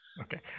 okay